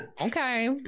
okay